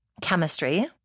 chemistry